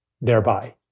thereby